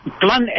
plan